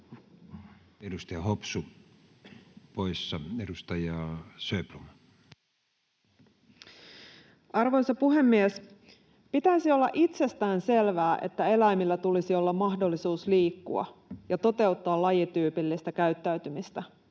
laeiksi Time: 20:51 Content: Arvoisa puhemies! Pitäisi olla itsestäänselvää, että eläimillä tulisi olla mahdollisuus liikkua ja toteuttaa lajityypillistä käyttäytymistä.